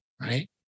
right